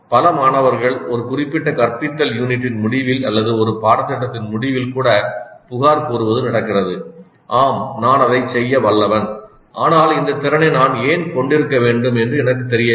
பல மாணவர்கள் ஒரு குறிப்பிட்ட கற்பித்தல் யூனிட்டின் முடிவில் அல்லது ஒரு பாடத்திட்டத்தின் முடிவில் கூட புகார் கூறுவது நடக்கிறது 'ஆம் நான் அதைச் செய்ய வல்லவன் ஆனால் இந்த திறனை நான் ஏன் கொண்டிருக்க வேண்டும் என்று எனக்குத் தெரியவில்லை